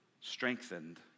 strengthened